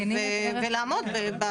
ולעמוד.